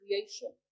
creation